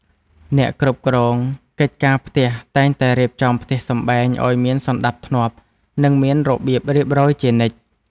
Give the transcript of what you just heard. អ្នកគ្រប់គ្រងកិច្ចការផ្ទះតែងតែរៀបចំផ្ទះសម្បែងឱ្យមានសណ្តាប់ធ្នាប់ និងមានរបៀបរៀបរយជានិច្ច។